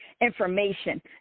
information